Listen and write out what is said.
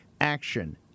Action